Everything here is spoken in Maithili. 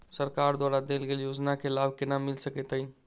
सरकार द्वारा देल गेल योजना केँ लाभ केना मिल सकेंत अई?